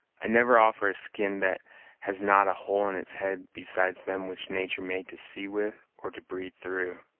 i never offer a skin that has not a hole in its head besides them which natur' made to see with or to breathe through.